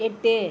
எட்டு